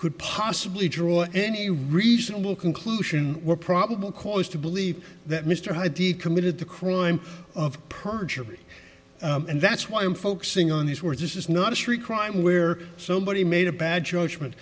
could possibly draw any reasonable conclusion were probable cause to believe that mr aidid committed the crime of perjury and that's why i'm focusing on these words this is not a street crime where somebody made a bad judgment